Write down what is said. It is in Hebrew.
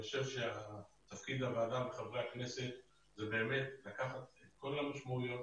אני חושב שתפקיד הוועדה וחברי הכנסת זה באמת לקחת את כול המשמעויות.